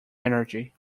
energy